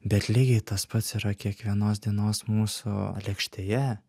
bet lygiai tas pats yra kiekvienos dienos mūsų lėkštėje